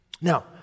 Now